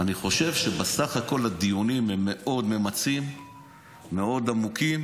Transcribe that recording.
אני חושב שבסך הכול הדיונים ממצים מאוד, עמוקים